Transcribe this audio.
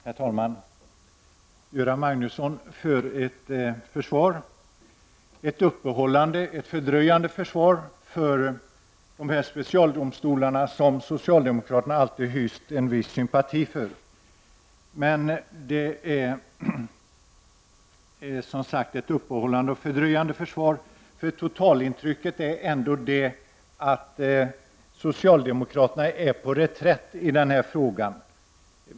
Herr talman! Göran Magnusson för ett uppehållande och fördröjande försvar för specialdomstolarna, vilka socialdemokraterna alltid har hyst en viss sympati för. Men det är alltså ett uppehållande och fördröjande försvar, eftersom totalintrycket är att socialdemokraterna är på reträtt i denna fråga.